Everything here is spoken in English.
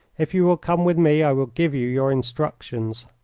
if you will come with me i will give you your instructions.